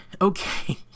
Okay